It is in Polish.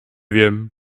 wiem